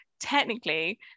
technically